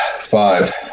Five